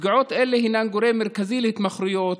פגיעות אלה הן גורם מרכזי להתמכרויות,